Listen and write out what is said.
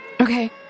Okay